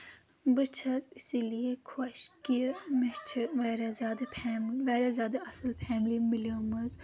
بہٕ چھَس اِسی لیے خۄش کہِ مےٚ چھِ واریاہ زیادٕ فیملی واریاہ زیادٕ اَصٕل فیملی مِلیمٕژ